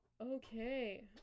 Okay